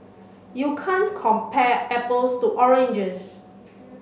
you can't compare apples to oranges